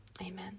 amen